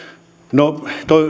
no